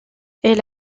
elle